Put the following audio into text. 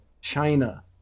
China